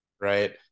right